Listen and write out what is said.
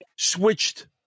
switched